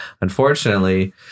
Unfortunately